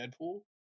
deadpool